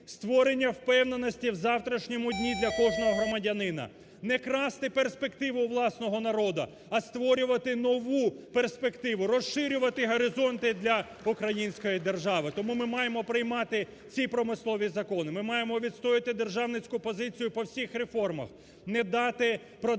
створення впевненості в завтрашньому дні для кожного громадянина; не красти перспективу у власного народу, а створювати нову перспективу, розширювати горизонти для Української держави. Тому ми маємо приймати ці промислові закони. Ми маємо відстоювати державницьку позицію по всіх реформах: не дати продати